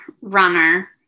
runner